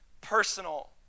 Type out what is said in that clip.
personal